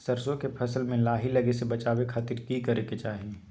सरसों के फसल में लाही लगे से बचावे खातिर की करे के चाही?